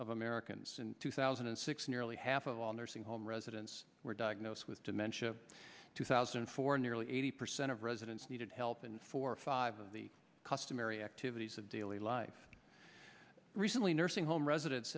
of americans in two thousand and six nearly half of all nursing home residents were diagnosed with dementia two thousand and four nearly eighty percent of residents needed help in four or five of the customary activities of daily life recently nursing home residen